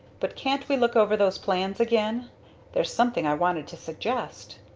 but can't we look over those plans again there's something i wanted to suggest.